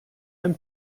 him